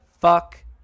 fuck